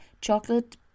chocolate